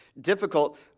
difficult